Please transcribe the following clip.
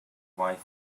wife